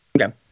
Okay